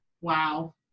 Wow